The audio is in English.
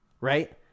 right